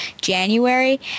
January